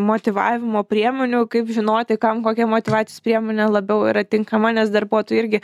motyvavimo priemonių kaip žinoti kam kokia motyvacijos priemonė labiau yra tinkama nes darbuotojų irgi